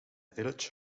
village